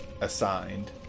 assigned